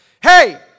Hey